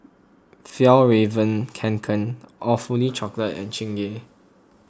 Fjallraven Kanken Awfully Chocolate and Chingay